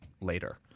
later